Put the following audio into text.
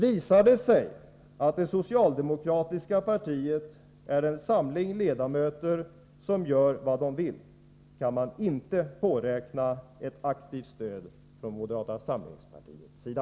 Visar det sig att den socialdemokratiska gruppen är en samling ledamöter som gör vad de vill, kan man inte påräkna ett aktivt stöd från moderata samlingspartiets sida.